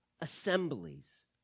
assemblies